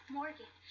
Morgan